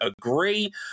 agree